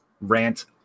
rant